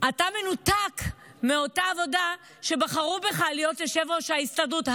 אתה מנותק מאותה עבודה שבה בחרו בך להיות יושב-ראש ההסתדרות,